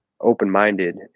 open-minded